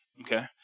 Okay